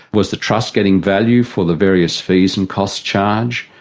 was the trust getting value for the various fees and costs charged,